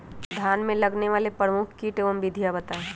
धान में लगने वाले प्रमुख कीट एवं विधियां बताएं?